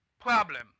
problem